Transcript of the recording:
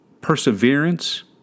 perseverance